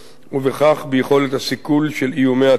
וכך ביכולת הסיכול של איומי הטרור.